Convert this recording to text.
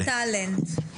אז איך אתה מגדיר טאלנט?